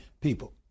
people